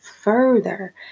further